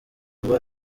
vuba